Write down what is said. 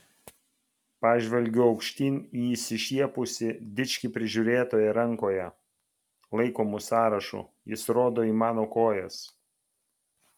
pažvelgiu aukštyn į išsišiepusį dičkį prižiūrėtoją rankoje laikomu sąrašu jis rodo į mano kojas